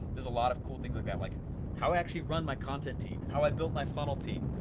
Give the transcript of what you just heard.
there's a lot of cool things i've got like how i actually run my content team, how i built my funnel team,